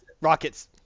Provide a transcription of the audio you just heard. Rockets